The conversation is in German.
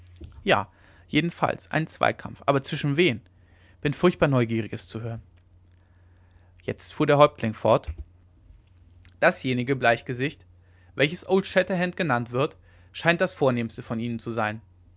ja jedenfalls einen zweikampf aber zwischen wem bin furchtbar neugierig es zu hören jetzt fuhr der häuptling fort dasjenige bleichgesicht welches old shatterhand genannt wird scheint das vornehmste von ihnen zu sein